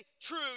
True